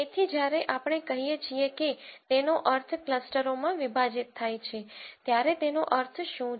તેથી જ્યારે આપણે કહીએ છીએ કે તેનો અર્થ ક્લસ્ટરોમાં વિભાજીત થાય છે ત્યારે તેનો અર્થ શું છે